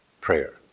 prayer